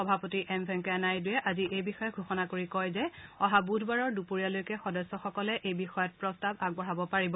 সভাপতি এম ভেংকায়া নাইডুৱে আজি এই বিষয়ে ঘোষণা কৰি কয় যে অহা বুধবাৰৰ দুপৰীয়ালৈকে সদস্যসকলে এই বিষয়ত প্ৰস্তাৱ আগবঢ়াব পাৰিব